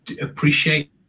appreciate